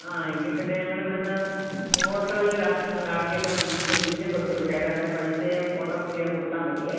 ആ എങ്കിൽ പിന്നെ ഞങ്ങളിവിടുന്ന് ഓട്ടോയിൽ അ അങ്ങാക്കിയേക്കാം ഇത് ബില്ലും കൊടുത്ത് വിട്ടേക്കാം അന്നേരം പൈസയും ഓട്ടോക്കൂലിയും അങ്ങ് കൊടുത്താൽ മതിയേ